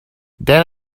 then